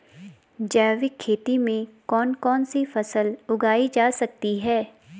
जैविक खेती में कौन कौन सी फसल उगाई जा सकती है?